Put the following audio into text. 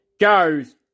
goes